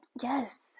Yes